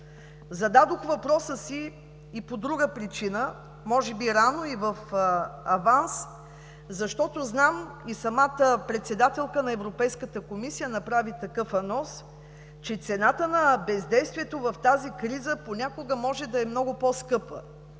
Зададох въпроса си и по друга причина – може би рано и в аванс, защото знам, и самата председателка на Европейската комисия направи такъв анонс, че цената на бездействието в тази криза понякога може да е много по-скъпа.